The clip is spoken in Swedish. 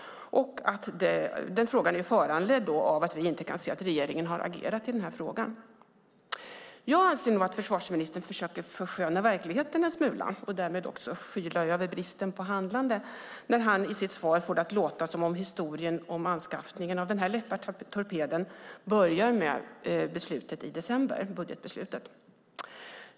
Den frågan är föranledd av att vi inte kan se att regeringen har agerat i den här frågan. Jag anser nog att försvarsministern försöker försköna verkligheten en smula och därmed också skyla över bristen på handlande när han i sitt svar får det att låta som om historien om anskaffningen av den här lätta torpeden börjar med beslutet i december, budgetbeslutet.